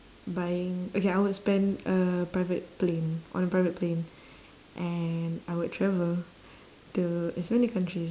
buying okay I would spend uh private plane on a private plane and I would travel to as many countries